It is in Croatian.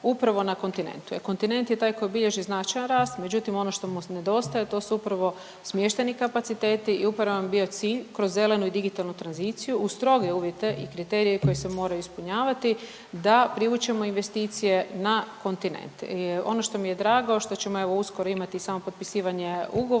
upravo na kontinentu. Jer kontinent je taj koji bilježi značajan rast, međutim ono što mu nedostaje to su upravo smještajni kapaciteti i upravo nam je bio cilj kroz zelenu i digitalnu tranziciju uz stroge uvjete i kriterije koji se moraju ispunjavati da privučemo investicije na kontinent. Ono što mi je drago što ćemo evo uskoro imati i samo potpisivanje ugovora